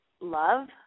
love